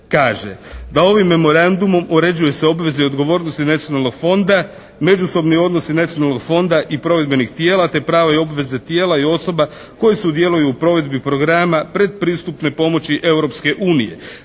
kaže, da ovim memorandumom uređuju se obveze i odgovornosti nacionalnog fonda, međusobni odnosni nacionalnog fonda i provedbenih tijela te prava i obveze tijela i osoba koje sudjeluju u provedbi programa predpristupne pomoći Europske unije.